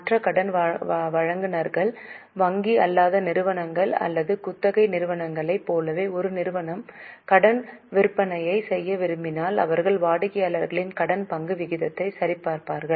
மற்ற கடன் வழங்குநர்கள் வங்கி அல்லாத நிறுவனங்கள் அல்லது குத்தகை நிறுவனங்களைப் போலவே ஒரு நிறுவனம் கடன் விற்பனையை செய்ய விரும்பினால் அவர்கள் வாடிக்கையாளர்களின் கடன் பங்கு விகிதத்தை சரி பார்க்கிறார்கள்